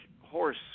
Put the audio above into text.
horse